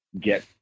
get